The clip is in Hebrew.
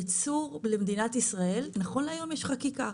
ייצור למדינת ישראל נכון להיום יש חקיקה.